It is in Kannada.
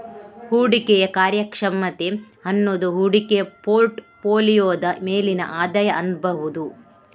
ಹೂಡಿಕೆಯ ಕಾರ್ಯಕ್ಷಮತೆ ಅನ್ನುದು ಹೂಡಿಕೆ ಪೋರ್ಟ್ ಫೋಲಿಯೋದ ಮೇಲಿನ ಆದಾಯ ಅನ್ಬಹುದು